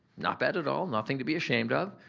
not bad at all. nothing to be ashamed of.